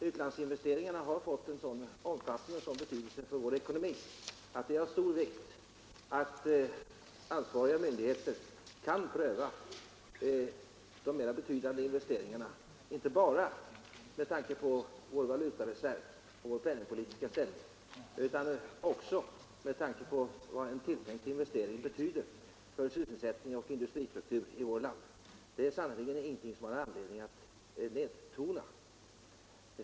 Utlandsinvesteringarna har fått en sådan omfattning och en sådan betydelse för vår ekonomi att det är av stor vikt att ansvariga myndigheter kan pröva de mera betydande investeringarna, inte bara med tanke på vår valutareserv och vår penningpolitiska ställning utan också med hänsyn till vad en tilltänkt investering betyder för sysselsättning och industristruktur i vårt land. Det är sannerligen ingenting som man har anledning att nedtona.